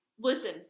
Listen